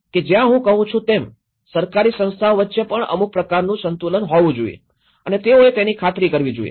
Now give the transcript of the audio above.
કે જ્યાં હું કહું છું તેમ સરકારી સંસ્થાઓ વચ્ચે પણ અમુક પ્રકારનું સંતુલન હોવું જોઈએ અને તેઓએ તેની ખાત્રી કરવી જોઈએ